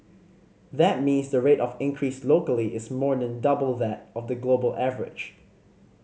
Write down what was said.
that means the rate of increase locally is more than double that of the global average